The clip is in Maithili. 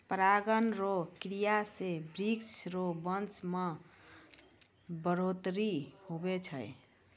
परागण रो क्रिया से वृक्ष रो वंश मे बढ़ौतरी हुवै छै